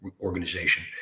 organization